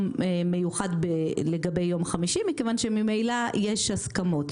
מיוחד לגבי יום חמישי מכיוון שממילא יש הסכמות.